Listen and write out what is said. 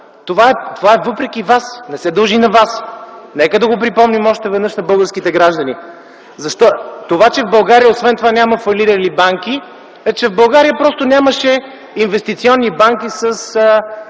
Това е въпреки вас! Не се дължи на вас! Нека да го припомним още веднъж на българските граждани. Това, че в България няма фалирали банки, е, защото в България нямаше инвестиционни банки с